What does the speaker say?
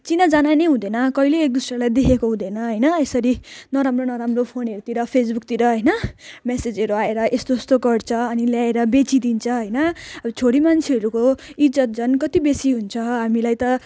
चिनाजाना नै हुँदैन कहिल्यै एकदोस्रोलाई देखेको हुँदैन होइन यसरी नराम्रो नराम्रो फोनहरूतिर फेसबुकतिर होइन मेसेजहरू आएर यस्तो यस्तो गर्छ अनि ल्याएर बेचिदिन्छ होइन अब छोरी मान्छेहरूको इज्जत झन् कति बेसी हुन्छ हामीलाई त